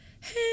hey